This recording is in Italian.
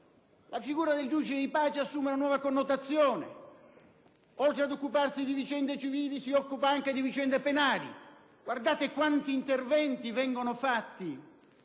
La figura del giudice di pace assume una nuova connotazione: oltre ad occuparsi di vicende civili, si occupa anche di vicende penali. Guardate quanti interventi vengono fatti